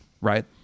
right